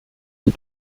die